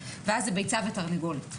ואז זו ביצה ותרנגולת.